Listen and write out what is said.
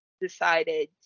decided